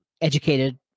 educated